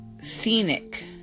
scenic